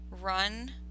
run